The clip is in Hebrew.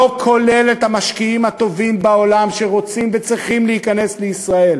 לא כולל את המשקיעים הטובים בעולם שרוצים וצריכים להיכנס לישראל.